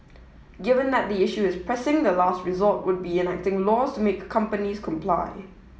given that the issue is pressing the last resort would be enacting laws to make companies comply